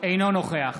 אינו נוכח